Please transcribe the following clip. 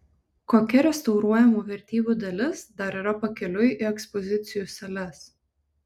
kokia restauruojamų vertybių dalis dar yra pakeliui į ekspozicijų sales